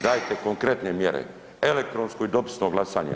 Dajte konkretne mjere, elektronsko i dopisno glasanje.